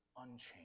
unchanged